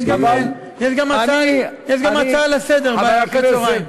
יש גם הצעה לסדר-היום אחר-הצהריים.